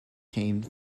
came